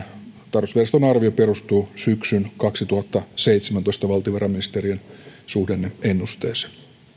tarkastusviraston arviohan perustuu syksyn kaksituhattaseitsemäntoista valtiovarainministeriön suhdanne ennusteeseen